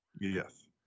Yes